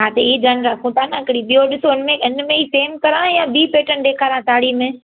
हा त हीउ ध्यानु रखूं था न हिकिड़ी ॿियो ॾिसो हुन में हिन में ई सेम करियां या ॿी पैटर्न ॾेखारियां साड़ीअ में